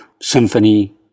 symphony